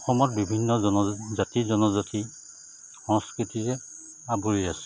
অসমত বিভিন্ন জন জাতি জনজাতি সংস্কৃতিৰে আৱৰি আছে